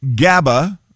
GABA